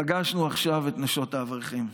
פגשנו עכשיו את נשות האברכים.